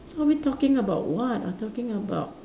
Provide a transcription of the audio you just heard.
so are we talking about what are talking about